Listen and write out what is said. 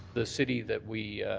the city that we